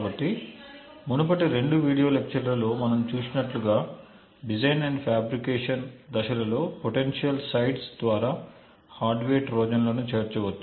కాబట్టి మునుపటి రెండు వీడియో లెక్చర్ లలో మనం చూసినట్లుగా డిజైన్ అండ్ ఫ్యాబ్రికేషన్ దశలలో పొటెన్షియల్ సైట్స్ ద్వారా హార్డ్వేర్ ట్రోజన్ల ను చేర్చవచ్చు